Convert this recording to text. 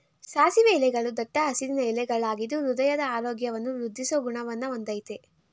ಸಾಸಿವೆ ಎಲೆಗಳೂ ದಟ್ಟ ಹಸಿರಿನ ಎಲೆಗಳಾಗಿದ್ದು ಹೃದಯದ ಆರೋಗ್ಯವನ್ನು ವೃದ್ದಿಸೋ ಗುಣವನ್ನ ಹೊಂದಯ್ತೆ